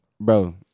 bro